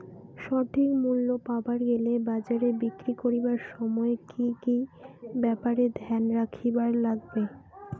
সঠিক মূল্য পাবার গেলে বাজারে বিক্রি করিবার সময় কি কি ব্যাপার এ ধ্যান রাখিবার লাগবে?